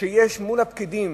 שיש מול הפקידים,